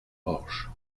orge